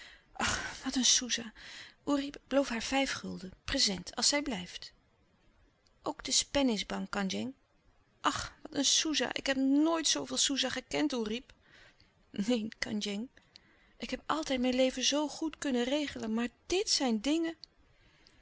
wat een soesa oerip beloof haar vijf gulden prezent als zij blijft ook de spen is bang kandjeng ach wat een soesa ik heb nooit zooveel soesa gekend oerip neen kandjeng ik heb altijd mijn leven zoo goed kunnen regelen maar dit zijn dingen